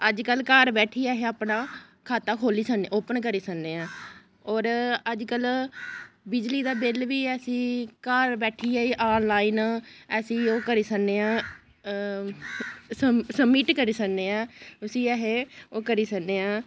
अजजकल घर बैठियै आहें अपना खाता खोह्ल्ली सकने ओपन करी सकनेआं होर अज्जकल बिजली दा बिल बी असीं घार बैठियै आनलाइन असीं ओह् करी सकने आं सबमिट करी सकनेआं उसी आहें ओह् करी सकने आं